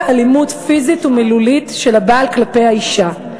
אלימות פיזית ומילולית של הבעל כלפי האישה.